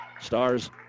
Stars